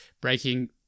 breaking